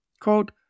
Quote